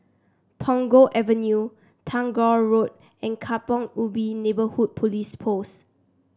Punggol Avenue Tagore Road and Kampong Ubi Neighbourhood Police Post